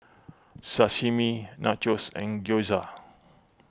Sashimi Nachos and Gyoza